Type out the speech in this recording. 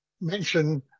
mention